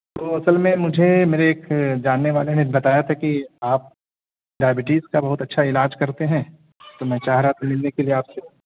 وہ اصل میں مجھے میرے ایک جاننے والے نے بتایا تھا کہ آپ ڈائبٹیز کا بہت اچھا علاج کرتے ہیں تو میں چاہ رہا تھا ملنے کے لیے آپ سے